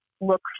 look